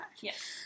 Yes